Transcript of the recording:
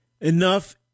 enough